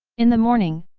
in the morning,